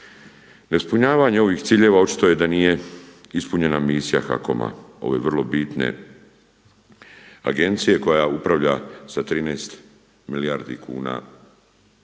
Neispunjavanje ovih ciljeva očito je da nije ispunjena misija HAKOM-a, ove vrlo bitne agencije koja upravlja sa 13 milijardi kuna